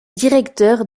directeur